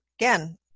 again